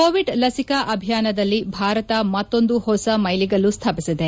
Covid ಲಸಿಕಾ ಅಭಿಯಾನದಲ್ಲಿ ಭಾರತ ಮತ್ತೊಂದು ಹೊಸ ಮೈಲುಗಲ್ಲು ಸ್ಥಾಪಿಸಿದೆ